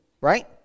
right